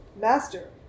Master